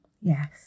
Yes